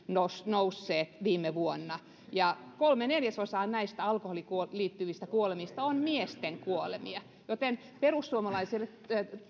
nousseet nousseet viime vuonna ja kolme neljäsosaa näistä alkoholiin liittyvistä kuolemista on miesten kuolemia joten perussuomalaisten